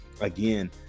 again